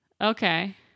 okay